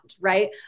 Right